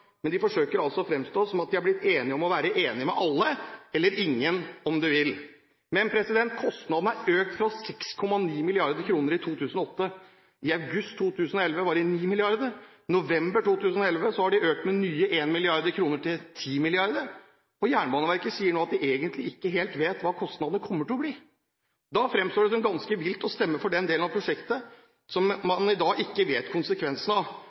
De forsøker altså å fremstå som om de er blitt enige om være enig med alle – eller ingen, om du vil. Kostnadene har økt fra 6,9 mrd. kr i 2008, i august 2011 var det 9 mrd. kr og i november 2011 har det økt med nye 1 mrd. kr – til 10 mrd. kr. Jernbaneverket sier nå at de egentlig ikke helt vet hva kostnadene kommer til å bli. Da fremstår det som ganske vilt å stemme for den delen av prosjektet som man i dag ikke vet konsekvensene av.